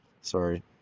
Sorry